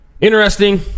Interesting